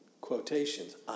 quotations